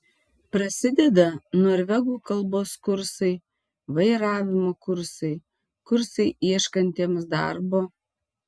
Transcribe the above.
prasideda norvegų kalbos kursai vairavimo kursai kursai ieškantiems darbo